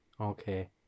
Okay